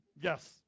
Yes